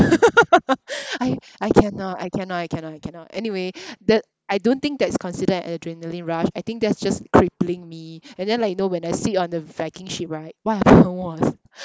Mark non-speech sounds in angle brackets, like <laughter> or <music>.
<laughs> I I cannot I cannot I cannot I cannot anyway that I don't think that's considered an adrenaline rush I think that's just crippling me and then like you know when I sit on the viking ship right what happen was